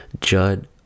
Judd